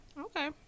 Okay